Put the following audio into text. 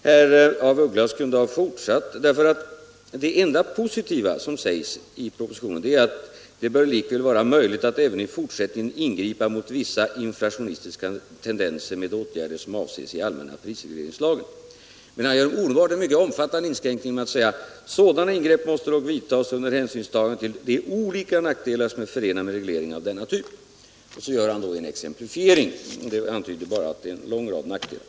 Herr af Ugglas kunde ha fortsatt läsningen, därför att det enda positiva som sägs i propositionen är följande: ”Det bör likväl vara möjligt att även i fortsättningen ingripa mot vissa inflationistiska tendenser med åtgärder som avses i allmänna prisregleringslagen.” Och herr Burenstam Linder gör i propositionen omedelbart en mycket omfattande inskränkning genom att säga: ”Sådana ingrepp måste dock vidtas under hänsynstagande till de olika nackdelar som är förenade med regleringar av denna typ.” Sedan gör han en exemplifiering, varvid det antyds att det bara rör sig om en lång rad nackdelar.